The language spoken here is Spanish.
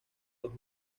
los